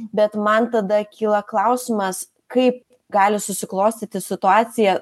bet man tada kyla klausimas kaip gali susiklostyti situacija